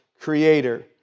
creator